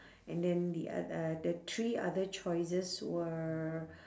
and then the oth~ uh the three other choices were